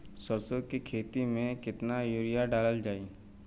सरसों के खेती में केतना यूरिया डालल जाई?